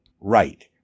right